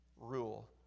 rule